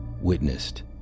witnessed